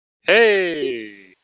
Hey